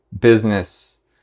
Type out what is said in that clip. business